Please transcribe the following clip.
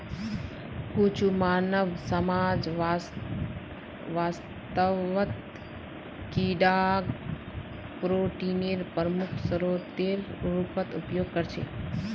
कुछु मानव समाज वास्तवत कीडाक प्रोटीनेर प्रमुख स्रोतेर रूपत उपयोग करछे